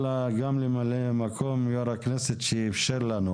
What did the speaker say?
גם לממלא מקום יושב ראש הכנסת שאפשר לנו